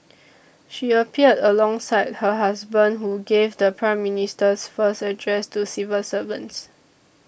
she appeared alongside her husband who gave the Prime Minister's first address to civil servants